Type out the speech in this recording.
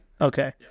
Okay